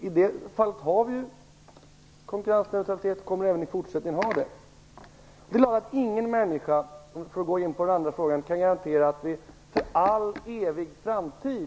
I det fallet har vi ju konkurrensneutralitet och kommer även att ha det i fortsättningen. För att gå in på den andra frågan vill jag säga att ingen människa kan garantera något för evig framtid